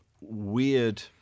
weird